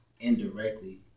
indirectly